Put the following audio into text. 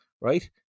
Right